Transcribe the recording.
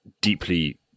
deeply